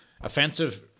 offensive